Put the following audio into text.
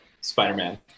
Spider-Man